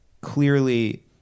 clearly